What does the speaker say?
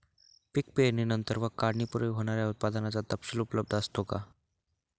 पीक पेरणीनंतर व काढणीपूर्वी होणाऱ्या उत्पादनाचा तपशील उपलब्ध असतो का?